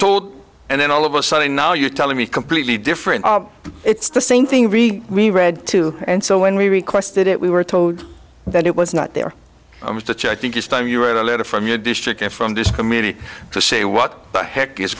told and then all of a sudden now you're telling me completely different it's the same thing really we read too and so when we requested it we were told that it was not there was such i think it's time you wrote a letter from your district and from this committee to say what the heck is